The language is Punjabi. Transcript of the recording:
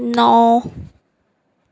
ਨੌ